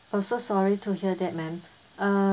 oh so sorry to hear that ma'am uh